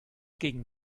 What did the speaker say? gegen